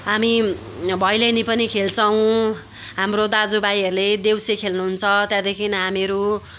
हामी भैलेनी पनि खेल्छौँ हाम्रो दाजुभाइहरूले देउसी खेल्नुहुन्छ त्यहाँदेखि हामीहरू